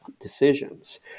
decisions